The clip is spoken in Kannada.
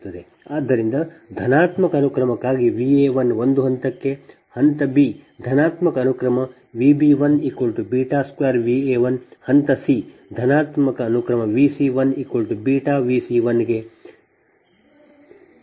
ಆದ್ದರಿಂದ ಧನಾತ್ಮಕ ಅನುಕ್ರಮಕ್ಕಾಗಿ V a1 ಒಂದು ಹಂತಕ್ಕೆ ಹಂತ b ಧನಾತ್ಮಕ ಅನುಕ್ರಮ Vb12Va1 ಹಂತ c ಧನಾತ್ಮಕ ಅನುಕ್ರಮ V c1 βV c1 ಗೆ